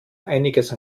einiges